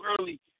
early